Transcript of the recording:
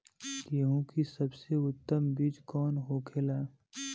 गेहूँ की सबसे उत्तम बीज कौन होखेला?